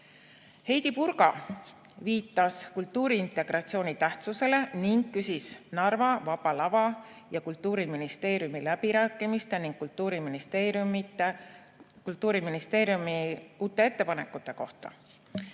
Purga viitas kultuuriintegratsiooni tähtsusele ning küsis Narva Vaba Lava ja Kultuuriministeeriumi läbirääkimiste ning Kultuuriministeeriumi uute ettepanekute kohta.